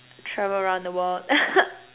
travel around the world